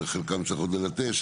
ואת חלקם צריך עוד ללטש.